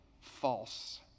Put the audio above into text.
false